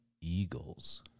Eagles